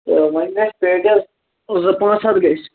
تہٕ وۄنۍ آسہٕ پیٹیٚس زٕ پانٛژھ ہَتھ گٔژھۍ